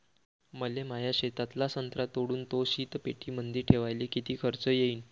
मले माया शेतातला संत्रा तोडून तो शीतपेटीमंदी ठेवायले किती खर्च येईन?